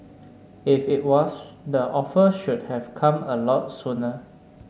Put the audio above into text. if it was the offer should have come a lot sooner